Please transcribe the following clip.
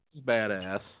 Badass